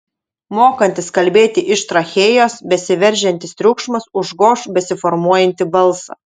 mokantis kalbėti iš trachėjos besiveržiantis triukšmas užgoš besiformuojantį balsą